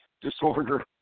disorder